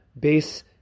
base